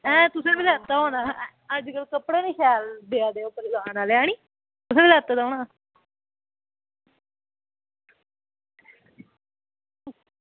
आं तुसें बी लैते दा होना अज्जकल कपड़ा बी शैल दुकान आह्ला ऐ नी अंजी लैते दा होना